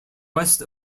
west